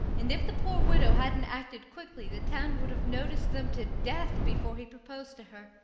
and if the poor widow hadn't acted quickly the town would have noticed them to death before he proposed to her.